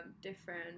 different